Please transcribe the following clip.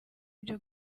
byo